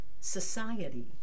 society